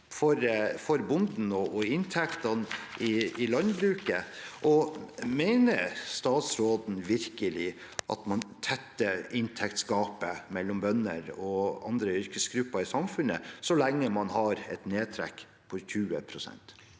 for bonden og inntektene i landbruket. Mener statsråden virkelig at man tetter inntektsgapet mellom bønder og andre yrkesgrupper i samfunnet så lenge man har et nedtrekk på 20 pst.?